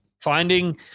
Finding